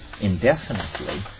indefinitely